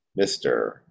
mr